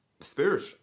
spirit